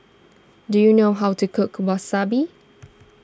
do you know how to cook Wasabi